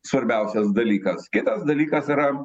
svarbiausias dalykas kitas dalykas yra